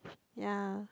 ya